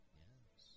yes